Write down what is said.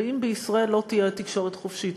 ואם בישראל לא תהיה תקשורת חופשית,